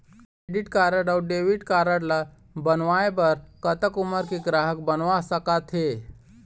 Credit card अऊ debit card ला बनवाए बर कतक उमर के ग्राहक बनवा सका थे?